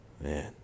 man